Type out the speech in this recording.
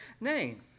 name